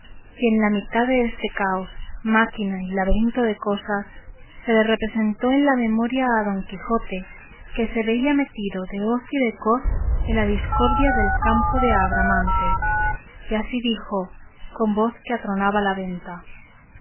y en la mitad deste caos máquina y laberinto de cosas se le representó en la memoria de don quijote que se veía metido de hoz y de coz en la discordia del campo de agramante y así dijo con voz que atronaba la venta